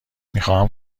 میخواهم